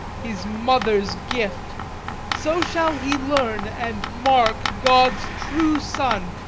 his mother's gift so shall he learn and mark god's true son,